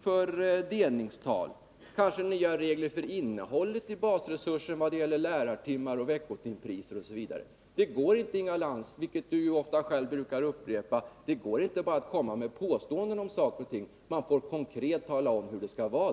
för delningstal och kanske också för innehållet i basresurser i vad det gäller lärartimmar och veckotimpriser osv. Det går inte — något som Inga Lantz själv brukar upprepa — att bara komma med påståenden om saker och ting. Man får också konkret tala om hur det skall vara.